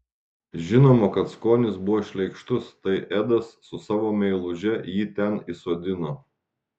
žinoma kad skonis buvo šleikštus tai edas su savo meiluže jį ten įsodino